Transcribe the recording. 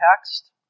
text